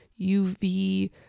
UV